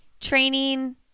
training